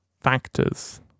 factors